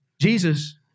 Jesus